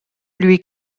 lui